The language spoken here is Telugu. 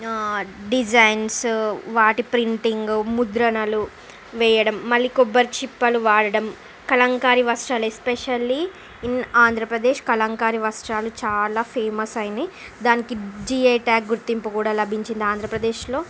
డిజైన్స్ వాటి ప్రింటింగ్ ముద్రణలు వేయడం మళ్ళీ కొబ్బరి చిప్పలు వాడటం కలంకారి వస్త్రాలు ఎస్స్పెషల్లీ ఇన్ ఆంధ్రప్రదేశ్ కలంకారి వస్త్రాలు చాలా ఫేమస్ అయ్యాయి దానికి జిఐ ట్యాగ్ గుర్తింపు కూడా లభించింది ఆంధ్రప్రదేశ్లో